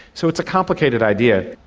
so it's a complicated idea.